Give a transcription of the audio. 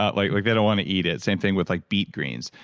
ah like like they don't want to eat it. same thing with like beet greens.